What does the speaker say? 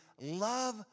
love